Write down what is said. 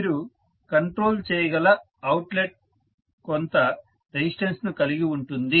మీరు కంట్రోల్ చేయగల అవుట్లెట్ కొంత రెసిస్టెన్స్ ను కలిగి ఉంటుంది